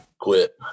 quit